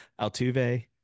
Altuve